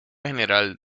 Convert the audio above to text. general